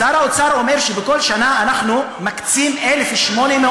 שר האוצר אומר שבכל שנה אנחנו מקצים 1,800,